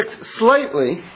slightly